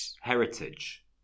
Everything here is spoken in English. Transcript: heritage